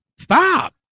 Stop